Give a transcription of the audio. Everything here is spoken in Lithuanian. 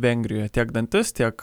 vengrijoje tiek dantis tiek